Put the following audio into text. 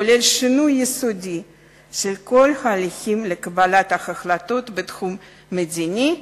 כולל שינוי יסודי של כל הליכי קבלת ההחלטות בתחום המדיני,